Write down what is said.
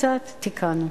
קצת, קצת, תיקנו.